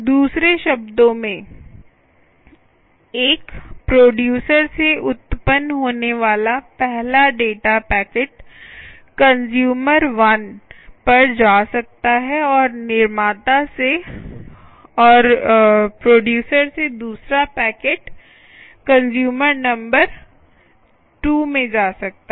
दूसरे शब्दों में एक प्रोडयूसर से उत्पन्न होने वाला पहला डेटा पैकेट कंस्यूमर 1 पर जा सकता है और प्रोडयूसर से दूसरा डेटा पैकेट कंस्यूमर नंबर 2 में जा सकता है